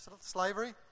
slavery